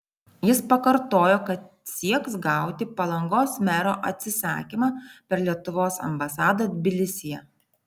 jis pakartojo kad sieks gauti palangos mero atsisakymą per lietuvos ambasadą tbilisyje